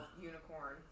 Unicorn